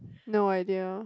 no idea